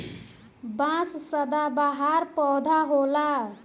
बांस सदाबहार पौधा होला